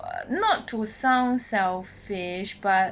not to sound selfish but